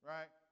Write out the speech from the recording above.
Right